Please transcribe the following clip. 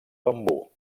bambú